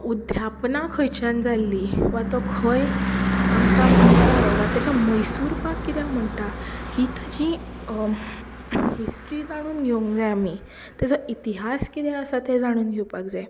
उद्द्यापना खंयच्यान जाल्ली वा तो खंय आमकां मेळ्ळो वा तेका मैसूर पाक कित्याक म्हणटा ही ताची हिस्ट्री जाणून घेवपाक जाय आमी तेचो इतिहास कितें आसा तें जाणून घेवपाक जाय